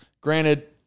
Granted